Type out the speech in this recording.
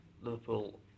Liverpool